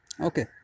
okay